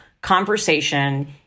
conversation